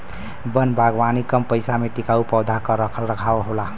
वन बागवानी कम पइसा में टिकाऊ पौधा क रख रखाव होला